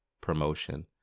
promotion